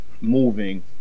moving